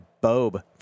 Bob